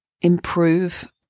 improve